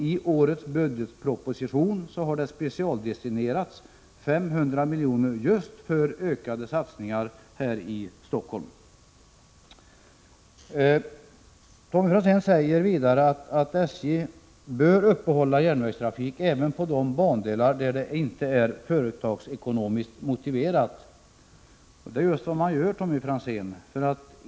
I årets budgetproposition har det specialdestinerats 500 milj.kr. just till ökade satsningar här i Stockholm. Tommy Franzén säger vidare att SJ bör upprätthålla järnvägstrafik även på de bandelar där det inte är företagsekonomiskt motiverat. Det är just vad man gör, Tommy Franzén.